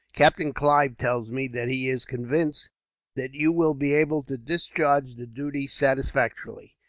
captain clive tells me that he is convinced that you will be able to discharge the duties satisfactorily.